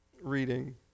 Reading